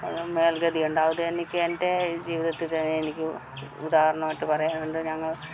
മേൽഗതി ഉണ്ടാവും അതെനിക്ക് എൻറെ ജീവിതത്തിൽ തന്നെ എനിക്ക് ഉദാഹരണമായിട്ട് പറയാനുണ്ട് ഞങ്ങൾ